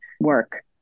work